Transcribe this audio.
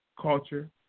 culture